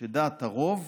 ודעת הרוב,